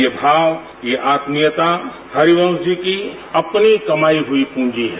ये भाव ये आत्मीयता हरिवंश जी की अपनी कमाई हुई पूंजी है